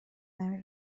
نمی